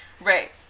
Right